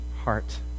heart